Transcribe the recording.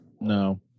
No